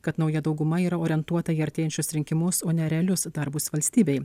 kad nauja dauguma yra orientuota į artėjančius rinkimus o ne realius darbus valstybei